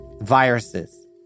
Viruses